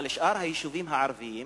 אבל שאר היישובים, הערביים,